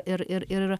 ir ir ir